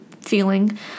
feeling